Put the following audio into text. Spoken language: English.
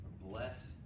Bless